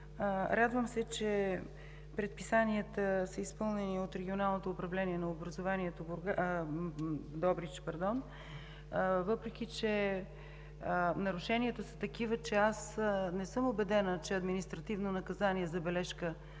Радвам се, че предписанията са изпълнени от Регионалното управление на образованието в Добрич, въпреки че нарушенията са такива и аз не съм убедена, че административно наказание „забележка“